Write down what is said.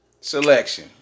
selection